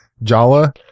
Jala